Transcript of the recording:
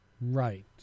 Right